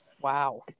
Wow